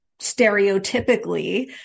stereotypically